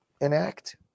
enact